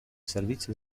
servizio